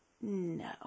No